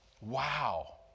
Wow